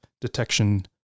detection